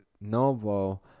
novo